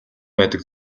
байдаг